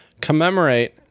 commemorate